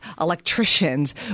electricians